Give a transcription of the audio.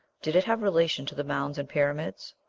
did it have relation to the mounds and pyramids?